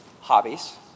hobbies